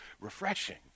refreshing